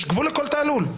יש גבול לכל תעלול.